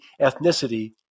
ethnicity